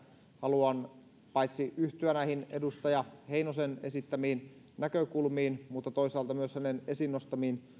haluan paitsi yhtyä näihin edustaja heinosen esittämiin näkökulmiin ja toisaalta myös hänen esiin nostamiinsa